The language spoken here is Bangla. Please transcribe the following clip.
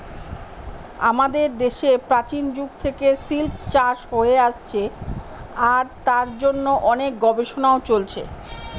আমাদের দেশে প্রাচীন যুগ থেকে সিল্ক চাষ হয়ে আসছে আর তার জন্য অনেক গবেষণাও চলছে